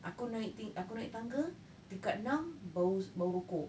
aku naik tangga tingkat enam bau bau rokok